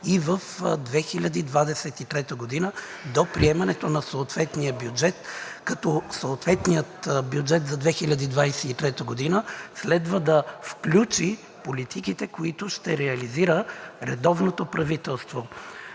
и в 2023 г. до приемането на съответния бюджет, като съответният бюджет за 2023 г. следва да включи политиките, които ще реализира редовното правителство.